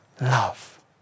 love